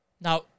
Now